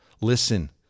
Listen